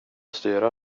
styra